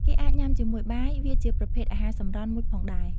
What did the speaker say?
គេអាចញ៉ាំជាមួយបាយ វាជាប្រភេទអាហារសម្រន់មួយផងដែរ ។